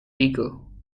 eagle